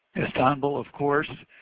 istanbul, of course,